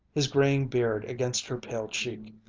his graying beard against her pale cheek.